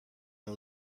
and